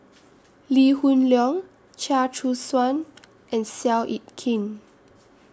Lee Hoon Leong Chia Choo Suan and Seow Yit Kin